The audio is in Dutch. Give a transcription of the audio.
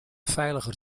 veiliger